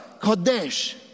Kodesh